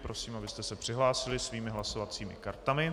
Prosím, abyste se přihlásili svými hlasovacími kartami.